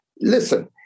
listen